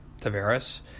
Tavares